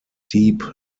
deep